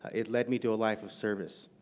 it led me to a life of service.